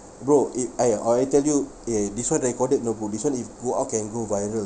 bro if I ah all I tell eh this one recorded you know bro this one if go out can go viral